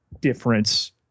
difference